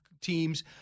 teams